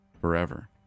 forever